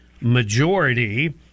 majority